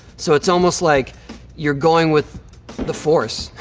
so it's almost like you're going with the force.